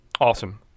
Awesome